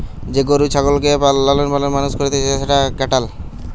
যে গরু ছাগলকে লালন পালন মানুষ করতিছে সেটা ক্যাটেল